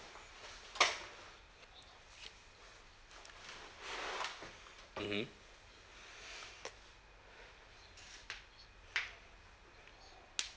mmhmm